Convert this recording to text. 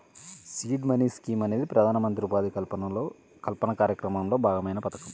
seed money scheme అనేది ప్రధానమంత్రి ఉపాధి కల్పన కార్యక్రమంలో భాగమైన పథకం